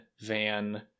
Van